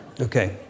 Okay